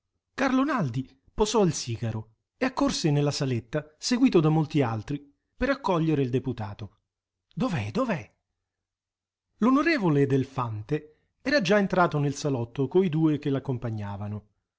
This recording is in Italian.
carlo naldi posò il sigaro e accorse nella saletta seguito da molti altri per accogliere il deputato dov'è dov'è l'onorevole delfante era già entrato nel salotto coi due che l'accompagnavano